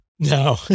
No